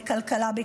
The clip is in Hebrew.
לקלקלה.